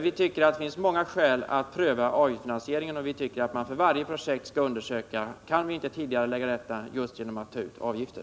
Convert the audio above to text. Vi tycker att det finns många skäl att pröva avgiftsfinansiering, och vi tycker att man för varje projekt skall undersöka: Kan vi inte tidigarelägga detta just genom att ta ut avgifter?